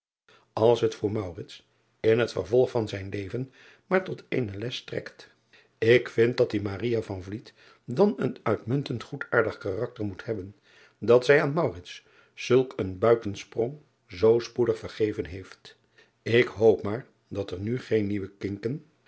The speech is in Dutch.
ls het voor in het vervolg van zijn leven maar tot eene les strekt k vind dat die dan een uitmuntend goedaardig karakter moet hebben dat zij aan zulk een buitensprong zoo spoedig vergeven heeft k hoop maar dat er nu geen nieuwe kinken